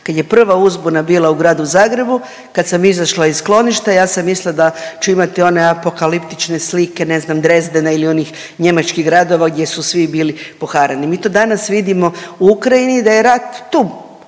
Kad je prva uzbuna bila u gradu Zagrebu, kad sam izašla iz skloništa, ja sam mislila da ću imati onaj apokaliptične slike, ne znam, Dresdena ili onih njemačkih gradova gdje su svi bili poharani. Mi to danas vidimo u Ukrajini i da je rat tu,